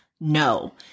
No